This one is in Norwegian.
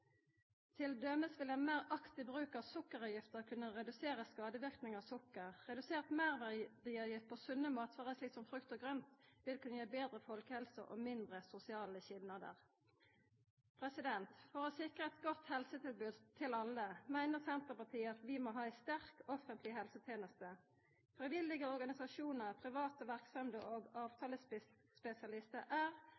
dømes vil ein meir aktiv bruk av sukkeravgifta kunne redusera skadeverknadene av sukker. Redusert meirverdiavgift på sunne matvarer, slik som frukt og grønt, vil kunna gi betre folkehelse og mindre sosiale skilnader. For å sikra eit godt helsetilbod til alle meiner Senterpartiet at vi må ha ei sterk offentleg helseteneste. Frivillige organisasjonar, private verksemder og